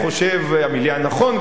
המיליה הנכון,